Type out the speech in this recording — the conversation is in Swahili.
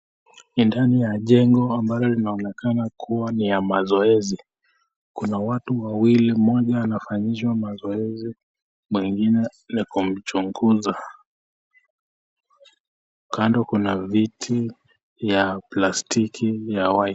Ni ndani ya jengo ambalo linaonekana kuwa ni ya mazoezi. Kuna watu wawili, mmoja anafanyishwa mazoezi, mwingine ni kumchunguza. Kando kuna viti ya plastiki ya white .